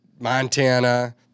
Montana –